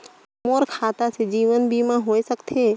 मोर खाता से जीवन बीमा होए सकथे?